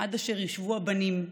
עד אשר ישובו הבנים,